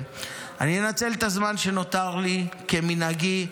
אני אנצל את הזמן שנותר לי, כמנהגי.